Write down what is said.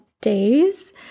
days